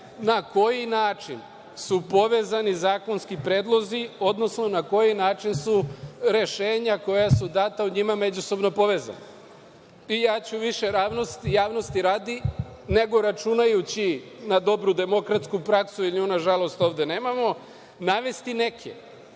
na koji način su povezani zakonski predlozi, odnosno na koji način su rešenja koja su data, među njima, međusobno povezani. Ja ću više radi javnosti, nego računajući na dobru demokratsku praksu, jer nju nažalost ovde nemamo, navesti neke. Mi